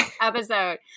episode